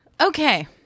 Okay